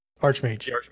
Archmage